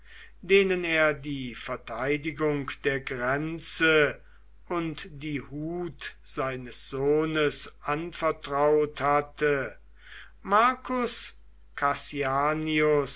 denen er die verteidigung der grenze und die hut seines sohnes anvertraut hatte marcus